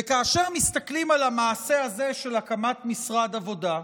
וכאשר מסתכלים על המעשה הזה של הקמת משרד עבודה,